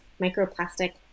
microplastic